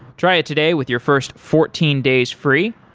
try it today with your first fourteen days free.